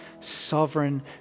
sovereign